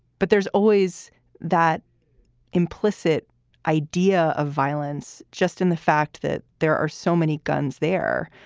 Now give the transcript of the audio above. but there's always that implicit idea of violence just in the fact that there are so many guns there.